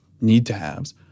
need-to-haves